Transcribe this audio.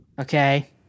Okay